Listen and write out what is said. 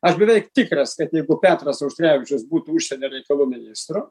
aš beveik tikras kad jeigu petras auštrevičius būtų užsienio reikalų ministru